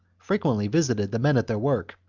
frequently visited the men at their work,